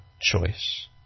choice